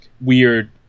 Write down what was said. weird